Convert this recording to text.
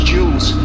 Jules